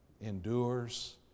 endures